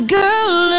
girl